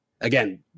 again